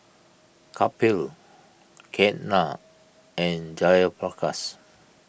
Kapil Ketna and Jayaprakash